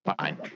Fine